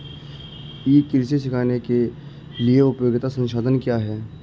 ई कृषि सीखने के लिए उपयोगी संसाधन क्या हैं?